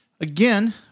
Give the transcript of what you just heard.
Again